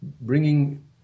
bringing